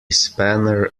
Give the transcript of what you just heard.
spanner